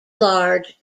large